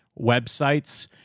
websites